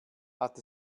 hat